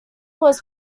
was